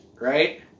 right